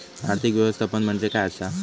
आर्थिक व्यवस्थापन म्हणजे काय असा?